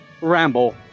Ramble